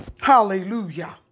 Hallelujah